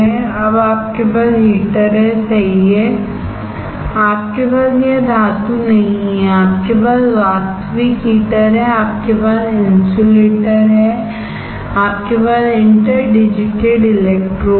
अब आपके पास हीटर हैसही है आपके पास यह धातु नहीं है आपके पास वास्तविक हीटर है आपके पास इन्सुलेटर है आपके पास इंटर डिजिटेड इलेक्ट्रोड हैं